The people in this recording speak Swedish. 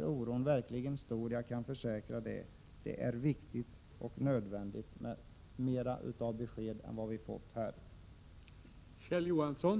Oron är verkligen stor — det kan jag försäkra. Det är viktigt och nödvändigt med mer besked än vad vi här har fått.